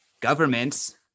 governments